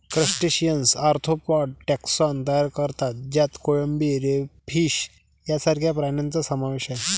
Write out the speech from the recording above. crustaceans arthropod taxon तयार करतात ज्यात कोळंबी, क्रेफिश सारख्या प्राण्यांचा समावेश आहे